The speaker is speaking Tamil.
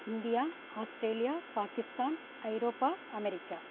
இந்தியா ஆஸ்டேலியா பாகிஸ்தான் ஐரோப்பா அமேரிக்கா